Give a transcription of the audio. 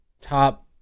top